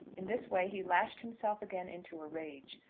in this way he lashed himself again into a rage.